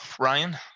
Ryan